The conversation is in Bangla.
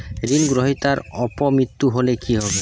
ঋণ গ্রহীতার অপ মৃত্যু হলে কি হবে?